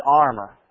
armor